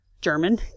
German